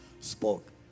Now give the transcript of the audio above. spoke